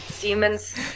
demons